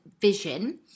vision